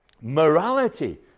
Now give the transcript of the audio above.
Morality